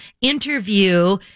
interview